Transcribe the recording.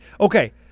okay